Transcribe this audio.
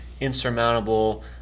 insurmountable